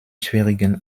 schwierigen